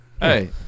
Hey